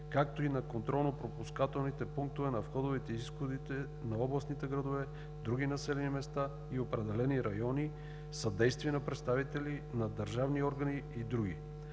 както и на контролно-пропускателните пунктове на входовете и изходите на областните градове, други населени места и определени райони, съдействие на представители на държавни органи и други.